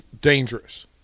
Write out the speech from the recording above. dangerous